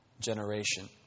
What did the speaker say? generation